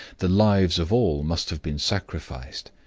the lives of all must have been sacrificed.